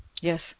Yes